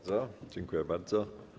Dziękuję bardzo.